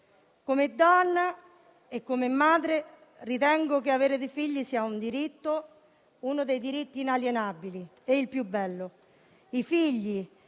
Come donna e madre ritengo che avere dei figli sia uno dei diritti inalienabili e il più bello. I figli